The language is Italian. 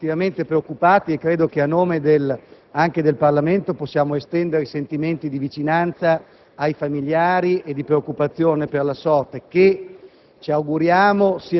Siamo molto preoccupati e credo che anche a nome dell’intero Parlamento possiamo estendere i sentimenti di vicinanza ai familiari e di preoccupazione per la sua sorte, che